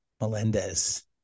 Melendez